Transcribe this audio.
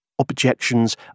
Objections